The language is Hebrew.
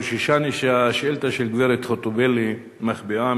חוששני שהשאילתא של גברת חוטובלי מחביאה